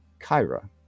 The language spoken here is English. Kyra